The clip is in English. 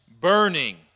burning